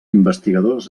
investigadors